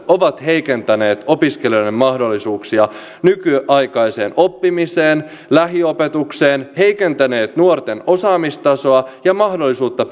ovat heikentäneet opiskelijoiden mahdollisuuksia nykyaikaiseen oppimiseen ja lähiopetukseen heikentäneet nuorten osaamistasoa ja mahdollisuutta